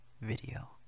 video